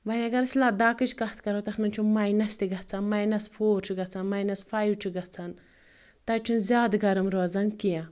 وۄنۍ اگر ٲسۍ لداخٕچ کتھ کرو تتھ منٛز چُھ مینس تہٕ گژھان مینُس فور چھُ گژھان مینس فایو چھُ گژھان تَتہٕ چھُنہٕ زیادٕ گرم روزان کینٛہہ